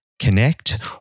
connect